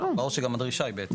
ברור שגם הדרישה היא בהתאם.